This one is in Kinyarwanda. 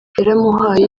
yaramuhaye